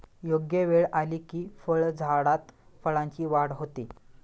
योग्य वेळ आली की फळझाडात फळांची वाढ होते